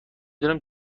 دونم